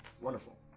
Wonderful